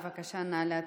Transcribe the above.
בבקשה, נא להצביע.